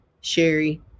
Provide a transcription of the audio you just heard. Sherry